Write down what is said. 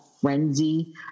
frenzy